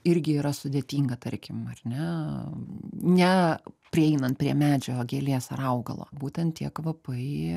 irgi yra sudėtinga tarkim ar ne ne prieinant prie medžio gėlės ar augalo būtent tie kvapai